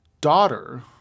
daughter